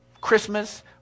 Christmas